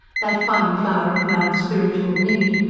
that fine flower of man's spiritual need,